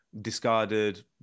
discarded